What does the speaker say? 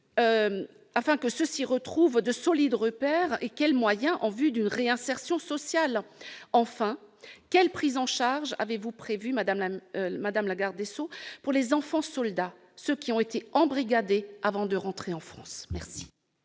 afin que ceux-ci retrouvent de solides repères, et préparer une réinsertion sociale ? Enfin, quelle prise en charge avez-vous prévue, madame la garde des sceaux, pour les enfants-soldats, ceux qui ont été embrigadés avant de rentrer en France ? La